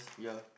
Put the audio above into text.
yeah